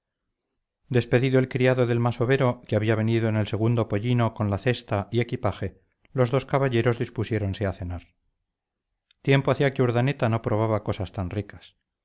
despedido el criado delmasovero que había venido en el segundo pollino con la cesta y equipaje los dos caballeros pusiéronse a cenar tiempo hacía que urdaneta no probaba cosas tan ricas